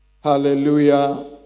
Hallelujah